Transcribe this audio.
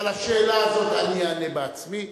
על השאלה הזאת אני אענה בעצמי.